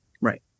right